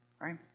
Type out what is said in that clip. right